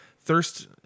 Thirst